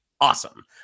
awesome